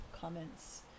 comments